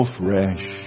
fresh